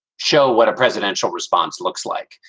show what a presidential response looks like,